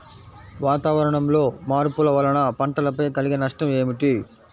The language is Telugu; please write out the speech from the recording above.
వాతావరణంలో మార్పుల వలన పంటలపై కలిగే నష్టం ఏమిటీ?